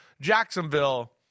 Jacksonville